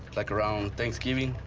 like around thanksgiving,